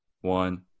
one